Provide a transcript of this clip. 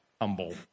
humble